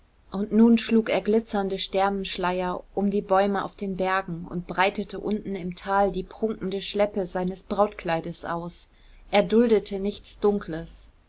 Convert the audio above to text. und nun schlug er glitzernde sternenschleier um die bäume auf den bergen und breitete unten im tal die prunkende schleppe seines brautkleides aus er duldete nichts dunkles